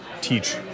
teach